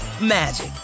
magic